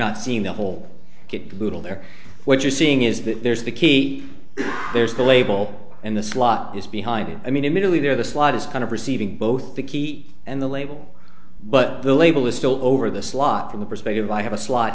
not seeing the whole get google there what you're seeing is that there's the key there's the label and the slot is behind it i mean admittedly there the slot is kind of receiving both the key and the label but the label is still over the slot from the perspective i have a sl